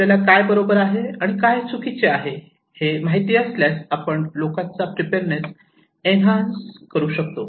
आपल्याला काय बरोबर आणि काय चुकीचे आहे हे माहिती असल्यास आपण लोकांचा प्रिपेअरनेस इनव्हान्स करू शकतो